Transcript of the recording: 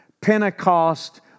Pentecost